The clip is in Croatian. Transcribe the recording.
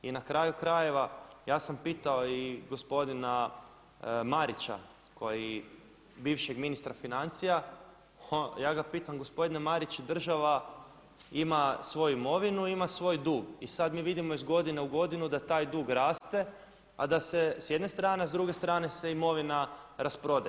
I na kraju krajeva ja sam pitao i gospodina Marića, bivšeg ministra financija, ja ga pitam gospodine Mariću država ima svoju imovinu i ima svoj dug i sad mi vidimo iz godine u godinu da taj dug raste s jedne strane, a s druge strane se imovina rasprodaje.